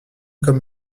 comme